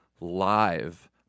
live